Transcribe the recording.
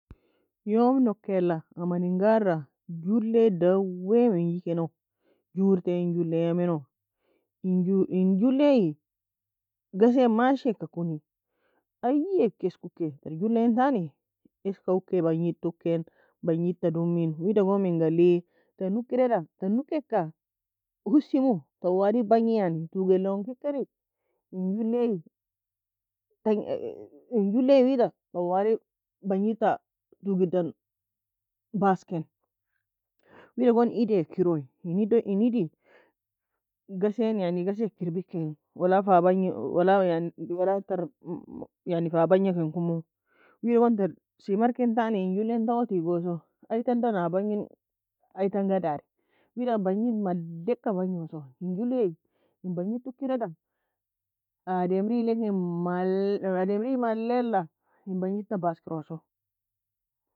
يوم nokela aman en gara julle dawi mngy keno gortaie en julle. En julle ghassie mashei ka kuni aiye ka eska ukie tr julle ya entani eska bangede ta ukie bangede ta domie wida goon menga alei tan okeka hossie mo tawali bangei. Toguei elon kekanie in julle tawali bangede ta toguei dan passkei. Wida goonei Eid wae kiro en Edie gasaeka erbaier keno wala fa bangie ken komo wida goon tr semarkie entan in julle taow teagoso. Ayie tadan a bangena darei wida bangede maleka bangoso in julle banged ta ukerie da ademeri malella bangede ta pass kerosoo